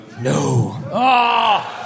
No